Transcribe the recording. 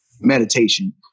meditation